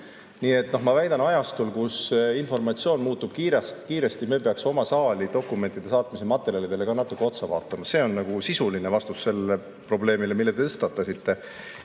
Nii et ma väidan, et ajastul, kus informatsioon muutub kiiresti, me peaksime oma saali dokumentide saatmise materjalidele natuke otsa vaatama. See on sisuline vastus sellele probleemile, mille tõstatasite. Ja